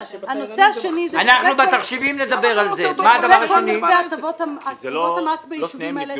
הנושא השני הוא הטבות המס בישובים האלה.